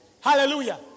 Hallelujah